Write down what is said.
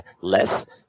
less